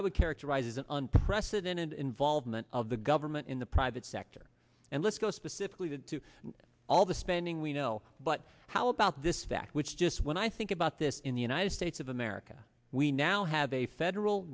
i would characterize as an unprecedented involvement of the government in the private sector and let's go specifically to all the spending we know but how about this fact which just when i think about this in the united states of america we now have a federal